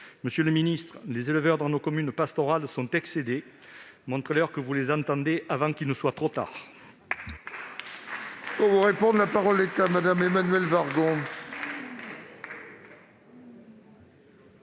Monsieur le ministre, les éleveurs dans nos communes pastorales sont excédés. Montrez-leur que vous les entendez, avant qu'il ne soit trop tard.